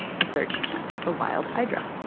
to search for wild hydra